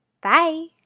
Bye